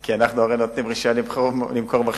כי אנחנו הרי נותנים רשיון למכור מכשירי